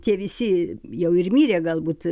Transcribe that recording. tie visi jau ir mirė galbūt